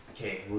okay